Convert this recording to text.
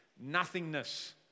Nothingness